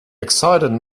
excited